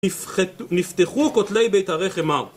נפתחו כותלי בית הרחם ההוא